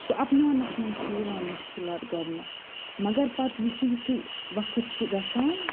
سُہ اپناونَس منٛز چھِ یِوان مٔشکِلات گۄڈنؠتھ مَگَر پَتہٕ یِتھُے یِتھُے وَقت چھُ گَژھان